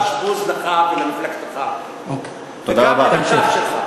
חש בוז לך ולמפלגתך, וגם למשפחה שלך.